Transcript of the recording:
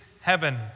heaven